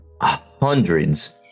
hundreds